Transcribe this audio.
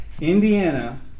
Indiana